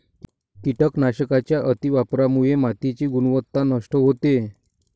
कीटकनाशकांच्या अतिवापरामुळे मातीची गुणवत्ता नष्ट होते